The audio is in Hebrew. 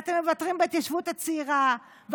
ואתם מוותרים בהתיישבות הצעירה,